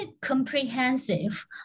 comprehensive